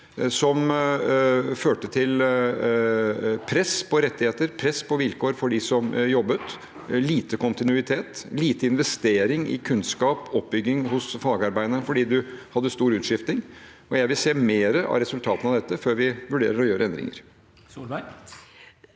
Det førte til press på rettigheter, press på vilkår for dem som jobbet, lite kontinuitet og lite investering i kunnskapsoppbygging hos fagarbeiderne fordi man hadde stor utskifting. Jeg vil se mer av resultatene av dette før vi vurderer å gjøre endringer.